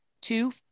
Two